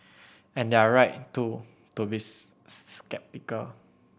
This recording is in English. and they're right too to be sceptical